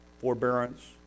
forbearance